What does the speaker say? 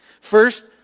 First